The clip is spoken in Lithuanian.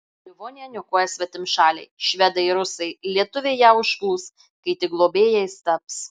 livoniją niokoja svetimšaliai švedai rusai lietuviai ją užplūs kai tik globėjais taps